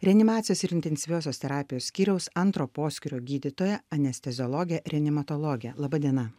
reanimacijos ir intensyviosios terapijos skyriaus antro poskyrio gydytoja anesteziologė reanimatologė laba diena